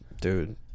Dude